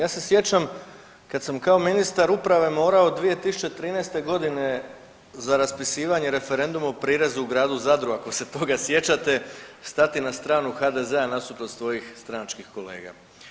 Ja se sjećam kad sam kao ministar uprave morao 2013. godine za raspisivanje referenduma o prirezu u gradu Zadru ako se toga sjećate stati na stranu HDZ-a nasuprot svojih stranačkih kolega.